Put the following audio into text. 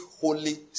Holy